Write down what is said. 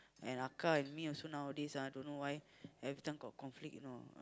and and me also nowadays ah don't know why every time got conflict you know